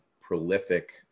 prolific